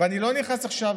ואני לא נכנס עכשיו,